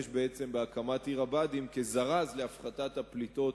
בהקמת עיר הבה"דים כזרז להפחתת הפליטות